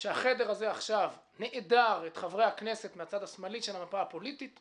שהוא חמור ופוגע יותר בזכויות האדם מהניסיון להפוך אותן למשהו פוליטי